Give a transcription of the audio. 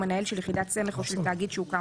או מנהל של יחידת סמך או של תאגיד שהוקם